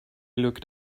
looked